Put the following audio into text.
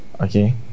Okay